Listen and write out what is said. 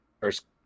first